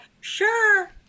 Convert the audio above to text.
sure